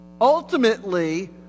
Ultimately